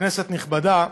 כנסת נכבדה,